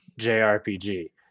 JRPG